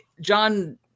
John